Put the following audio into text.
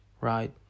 Right